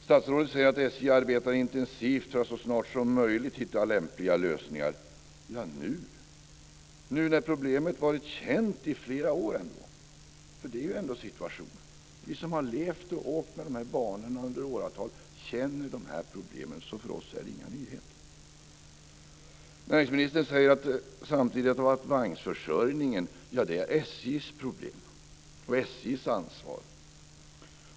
Statsrådet säger att SJ arbetar intensivt för att så snart som möjligt hitta lämpliga lösningar. Nu ja, när problemet har varit känt i flera år. Det är ändå situationen. Vi som har levt med och åkt med de här banorna i åratal känner de här problemen. För oss är det inga nyheter. Näringsministern säger samtidigt att vagnsförsörjningen är SJ:s problem och SJ:s ansvar.